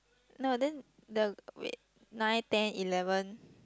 no then the wait nine ten eleven